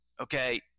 okay